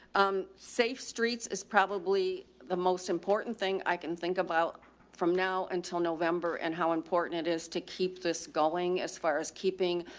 um, safe streets is probably the most important thing i can think about from now until november and how important it is to keep this going as far as keeping,